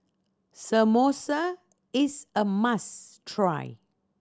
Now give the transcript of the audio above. samosa is a must try